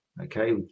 okay